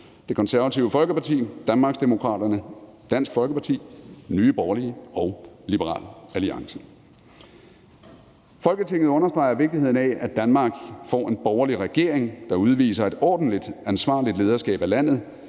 Det Konservative Folkeparti, Danmarksdemokraterne, Dansk Folkeparti, Nye Borgerlige og Liberal Alliance: Forslag til vedtagelse »Folketinget understreger vigtigheden af, at Danmark får en ny borgerlig regering, der udviser et ordentligt, ansvarligt lederskab af landet,